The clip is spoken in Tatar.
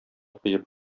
коеп